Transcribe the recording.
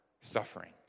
suffering